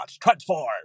transform